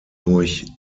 durch